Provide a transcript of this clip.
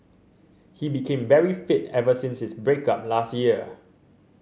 he became very fit ever since his break up last year